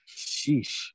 sheesh